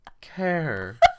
care